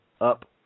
up